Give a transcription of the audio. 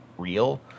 Real